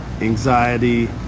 anxiety